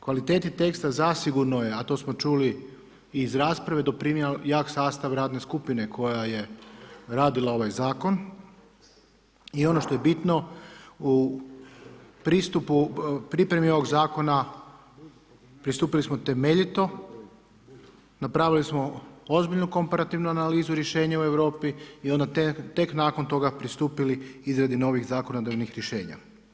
Kvaliteti teksta, zasigurno je, a to smo čuli iz rasprave, doprinijeli jak sastav radne skupine, koja je radila ovaj zakon i ono što je bitno, u pristupu pripremi ovog zakona, pristupili smo temeljito, napravili smo ozbiljnu komparativnu analizu rješenje u Europi i onda tek nakon toga pristupili izradu novih zakona o … rješenja.